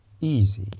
easy